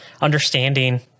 understanding